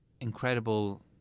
incredible